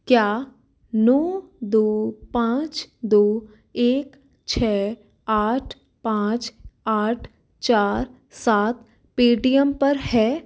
क्या नौ दो पाँच दो एक छः आठ पाँच आठ चार सात पेटीएम पर है